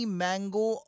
mango